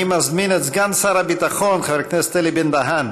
אני מזמין את סגן שר הביטחון חבר הכנסת אלי בן-דהן